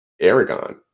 Aragon